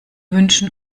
wünschen